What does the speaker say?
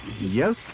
Yes